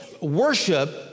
worship